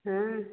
ହଁ